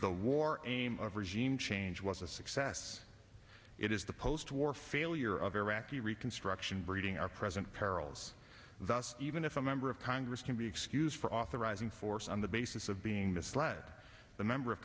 the war aims of regime change was a success it is the post war failure of iraqi reconstruction breeding our present perils thus even if a member of congress can be excused for authorizing force on the basis of being misled the member of